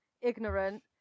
ignorant